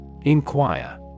Inquire